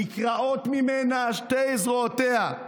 ונקרעות ממנה שתי זרועותיה,